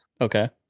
Okay